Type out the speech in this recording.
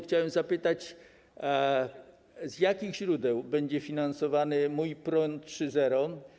Chciałbym zapytać, z jakich źródeł będzie finansowany „Mój prąd 3.0”